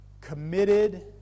committed